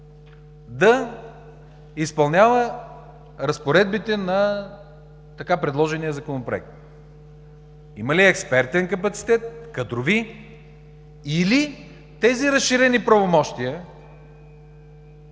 да изпълнява разпоредбите на така предложения Законопроект? Има ли експертен капацитет, кадрови или тези разширени правомощия,